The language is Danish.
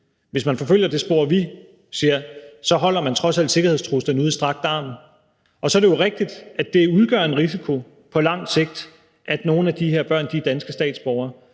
Hvis man forfølger det spor, vi ser, så holder man trods alt sikkerhedstruslen ude i strakt arm. Så er det jo rigtigt, at det udgør en risiko på lang sigt, at nogle af de her børn er danske statsborgere